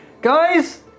Guys